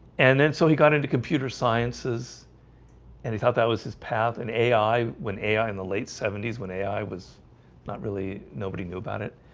and then so he got into computer sciences and he thought that was his path an and ai when ai in the late seventy s when ai was not really nobody knew about it